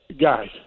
guys